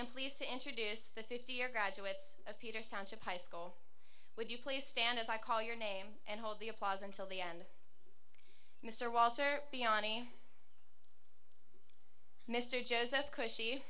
am pleased to introduce the fifty year graduates of peters township high school would you please stand as i call your name and hold the applause until the end of mr walter beyond mr joseph cushy